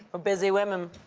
ah busy women.